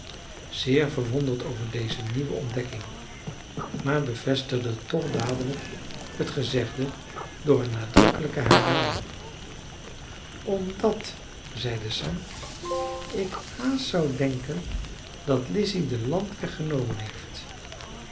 zeer verwonderd over deze nieuwe ontdekking maar bevestigde toch dadelijk het gezegde door eene nadrukkelijke herhaling omdat zeide sam ik haast zou denken dat lizzy den landweg genomen heeft